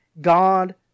God